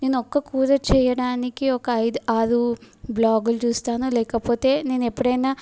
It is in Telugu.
నేను ఒక కూర చేయడానికి ఒక ఐదు ఆరు బ్లాగులు చూస్తాను లేకపోతే నేను ఎపుడైనా